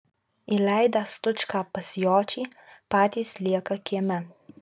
įleidę stučką pas jočį patys lieka kieme